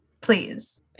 Please